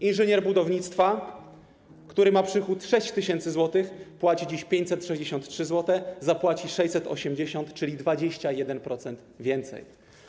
Inżynier budownictwa, który ma przychód 6 tys. zł, płaci dziś 563 zł, a zapłaci 680 zł, czyli 21% więcej.